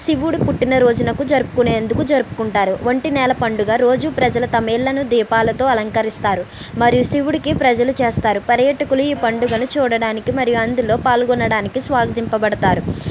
శివుడు పుట్టినరోజు జరుపుకునేందుకు జరుపుకుంటారు వంటి నెల పండుగ రోజు ప్రజలు తమ ఇండ్లను దీపాలతో అలంకరిస్తారు మరియు శివుడికి ప్రజలు చేస్తారు పర్యాటకులు ఈ పండుగను చూడడానికి మరి అందులో పాల్గొనడానికి స్వాగతించబడతారు